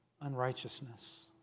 unrighteousness